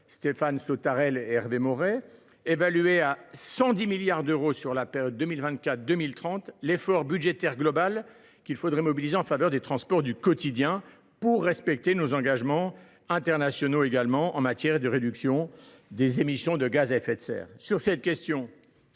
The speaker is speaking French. Stéphane Sautarel et Hervé Maurey évaluaient à 110 milliards d’euros, sur la période 2024 2030, l’effort budgétaire global qu’il faudrait mobiliser en faveur des transports du quotidien pour respecter nos engagements internationaux en matière de réduction des émissions de gaz à effet de serre (GES). Sur cette question,